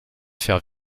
faire